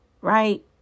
right